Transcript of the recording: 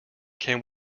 can